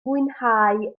fwynhau